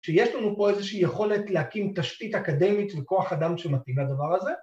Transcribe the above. ‫שיש לנו פה איזושהי יכולת ‫להקים תשתית אקדמית ‫וכוח אדם שמטיב לדבר הזה?